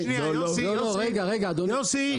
שנייה, יוסי,